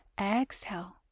exhale